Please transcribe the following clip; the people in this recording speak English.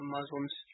Muslims